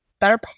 better